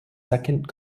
second